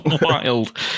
wild